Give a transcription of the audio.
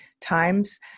times